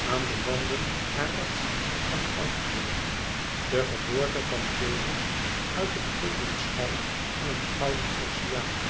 aan de wanden arazzi van goudkleur de geboorte van venus uit het gulden schuim van een gouden oceaan